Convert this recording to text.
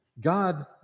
God